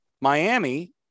Miami